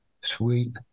Sweet